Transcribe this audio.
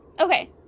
Okay